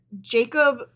Jacob